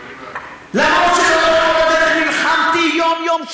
למרות שלאורך כל הדרך נלחמתי יום-יום,